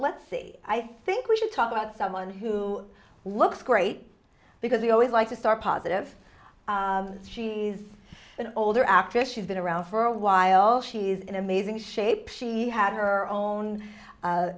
let's see i think we should talk about someone who looks great because we always like to start positive she's an older actress she's been around for a while she's in amazing shape she had her